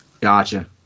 Gotcha